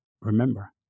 remember